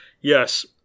Yes